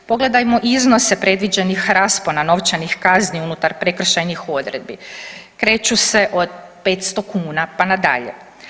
Pogledajmo iznose predviđenih raspona novčanih kazni unutar prekršajnih odredbi, kreću se od 500 kuna, pa na dalje.